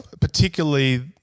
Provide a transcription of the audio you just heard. Particularly